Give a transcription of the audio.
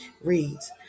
reads